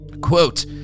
quote